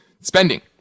spending